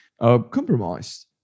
compromised